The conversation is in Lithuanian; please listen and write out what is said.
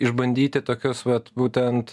išbandyti tokius vat būtent